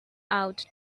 out